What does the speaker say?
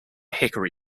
hickory